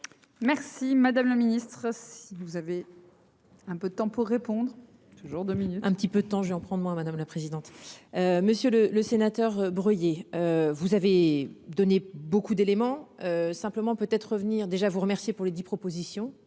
Merci madame le Ministre, si vous avez. Un peu de temps pour répondre toujours un petit peu de temps j'en prends moi madame la présidente. Monsieur le. Le sénateur Breuiller vous avez donné beaucoup d'éléments simplement peut être revenir déjà vous remercier pour les 10 propositions